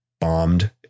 bombed